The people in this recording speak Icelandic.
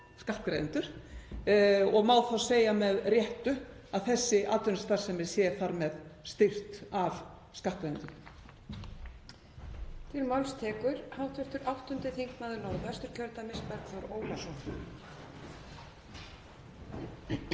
skattgreiðendur, og má þá segja með réttu að þessi atvinnustarfsemi sé þar með styrkt af skattgreiðendum.